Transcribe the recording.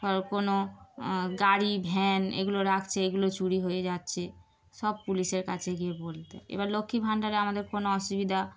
ধরো কোনো গাড়ি ভ্যান এগুলো রাখছে এগুলো চুরি হয়ে যাচ্ছে সব পুলিশের কাছে গিয়ে বলতে এবার লক্ষ্মীর ভাণ্ডারে আমাদের কোনো অসুবিধা